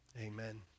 Amen